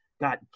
got